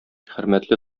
хөрмәтле